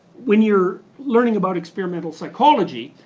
when you're learning about experimental psychology,